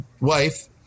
wife